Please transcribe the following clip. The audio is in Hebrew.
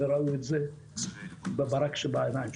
ראו את זה בברק שבעיניך.